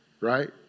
Right